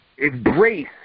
embrace